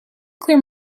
clear